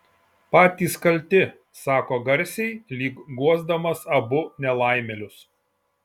patys kalti sako garsiai lyg guosdamas abu nelaimėlius